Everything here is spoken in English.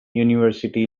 university